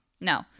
no